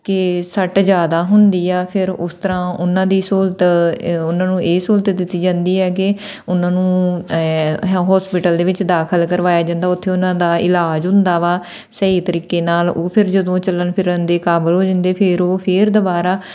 ਕਿ ਸੱਟ ਜ਼ਿਆਦਾ ਹੁੰਦੀ ਆ ਫਿਰ ਉਸ ਤਰ੍ਹਾਂ ਉਹਨਾਂ ਦੀ ਸਹੂਲਤ ਉਹਨਾਂ ਨੂੰ ਇਹ ਸਹੂਲਤ ਦਿੱਤੀ ਜਾਂਦੀ ਹੈ ਕਿ ਉਹਨਾਂ ਨੂੰ ਹ ਹੋਸਪਿਟਲ ਦੇ ਵਿੱਚ ਦਾਖਲ ਕਰਵਾਇਆ ਜਾਂਦਾ ਉੱਥੇ ਉਹਨਾਂ ਦਾ ਇਲਾਜ ਹੁੰਦਾ ਵਾ ਸਹੀ ਤਰੀਕੇ ਨਾਲ ਉਹ ਫਿਰ ਜਦੋਂ ਚੱਲਣ ਫਿਰਨ ਦੇ ਕਾਬਲ ਹੋ ਜਾਂਦੇ ਫਿਰ ਉਹ ਫਿਰ ਦੁਬਾਰਾ